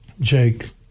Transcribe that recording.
Jake